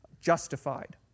justified